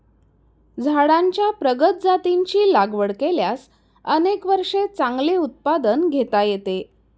झाडांच्या प्रगत जातींची लागवड केल्यास अनेक वर्षे चांगले उत्पादन घेता येते